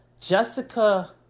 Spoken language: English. Jessica